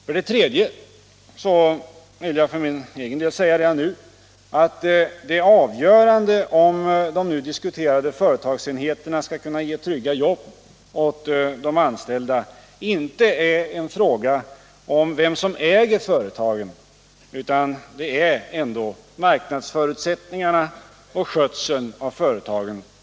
För det tredje vill jag för min egen del säga redan nu att det avgörande för om de nu diskuterade företagsenheterna skall kunna ge trygga jobb åt de anställda inte är vem som äger företagen, utan det helt avgörande är marknadsförutsättningarna och skötseln av företagen.